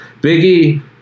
Biggie